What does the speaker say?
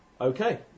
Okay